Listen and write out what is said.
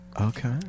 Okay